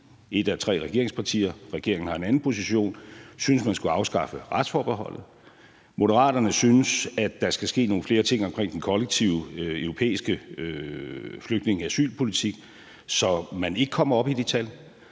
et af tre regeringspartier, hvor regeringen har en anden position, synes, man skal afskaffe retsforbeholdet; Moderaterne synes, at der skal ske nogle flere ting omkring den kollektive europæiske flygtninge- og asylpolitik, så man ikke kommer op i de tal.